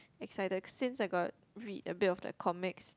excited since I got read a bit of the comics